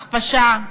הכפשה,